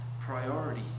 priority